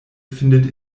findet